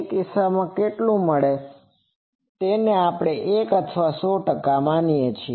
તેથી આ કિસ્સામાં આપણે કેટલું મેળવીએ છીએ તે 1 અથવા 100 ટકા છે